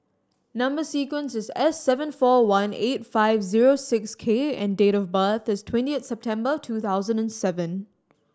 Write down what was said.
number sequence is S seven four one eight five zero six K and date of birth is twentieth September two thousand and seven